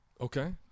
Okay